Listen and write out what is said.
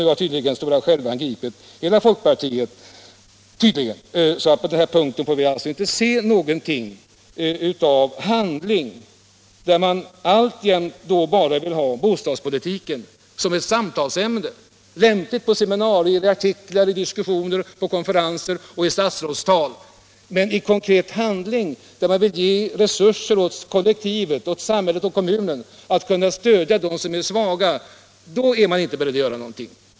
Nu har tydligen hela folkpartiet gripits av den stora skälvan, så att på den här punkten får vi alltså inte se någonting av handling. Man vill ha bostadspolitiken bara som ett samtalsämne, lämpligt på seminarier, i artiklar, vid diskussioner på konferenser och i statsrådstal. Men i konkret handling — där man vill ge resurser åt kollektivet, åt kommunen, för att stödja dem som är svaga — är man inte beredd att göra någonting.